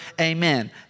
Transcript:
amen